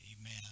amen